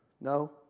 No